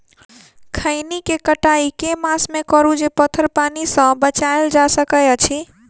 खैनी केँ कटाई केँ मास मे करू जे पथर पानि सँ बचाएल जा सकय अछि?